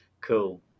cool